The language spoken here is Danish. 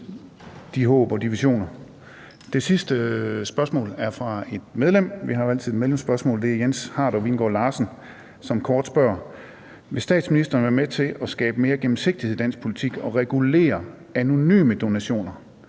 de håb og de visioner. Det sidste spørgsmål er fra et medlem. Vi har jo altid et medlemsspørgsmål, og her er det fra Jens Harder Vingaard Larsen, som kort spørger: Vil statsministeren være med til at skabe mere gennemsigtighed i dansk politik og regulere anonyme donationer